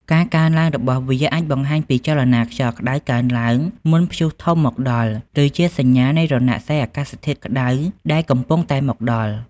ការកើនឡើងរបស់វាអាចបង្ហាញពីចលនាខ្យល់ក្តៅកើនឡើងមុនព្យុះធំមកដល់ ឬជាសញ្ញានៃរណសិរ្សអាកាសធាតុក្តៅដែលកំពុងតែមកដល់។